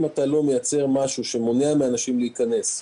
אם אתה לא מייצר משהו שמונע מאנשים להיכנס,